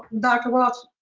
dr. walts,